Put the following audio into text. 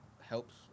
helps